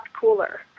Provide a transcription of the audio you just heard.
cooler